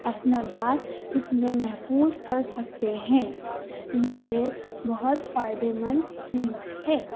اسندات اِس میں محفوظ کر سکتے ہیں یہ ایک بہت فائدے مند چیز ہے